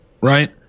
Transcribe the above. right